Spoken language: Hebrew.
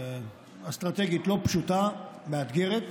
אסטרטגית לא פשוטה, מאתגרת.